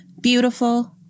beautiful